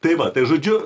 tai va tai žodžiu